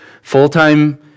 full-time